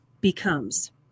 becomes